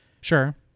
Sure